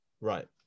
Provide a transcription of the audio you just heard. Right